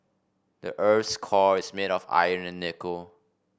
the earth's core is made of iron and nickel